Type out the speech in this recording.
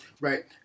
Right